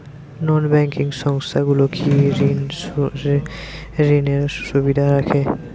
নন banking সংস্থাগুলো কি স্বর্ণঋণের সুবিধা রাখে?